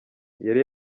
yari